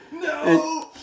No